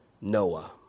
Noah